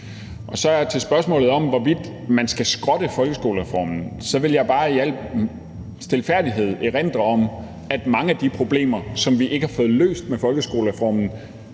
på. Til spørgsmålet om, hvorvidt man skal skrotte folkeskolereformen, vil jeg bare i al stilfærdighed erindre om, at mange af de problemer, som vi ikke har fået løst med folkeskolereformen,